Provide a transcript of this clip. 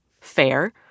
fair